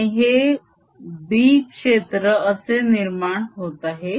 आणि हे B क्षेत्र असे निर्माण होत आहे